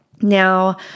Now